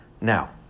Now